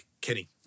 Kenny